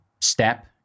step